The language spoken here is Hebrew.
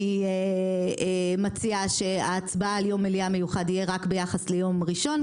אני מציעה שההצבעה על יום מליאה מיוחד יהיה רק ביחס ליום ראשון.